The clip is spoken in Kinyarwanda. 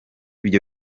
byo